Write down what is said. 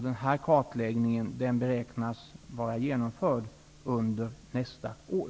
Denna kartläggning beräknas vara genomförd under nästa år.